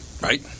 right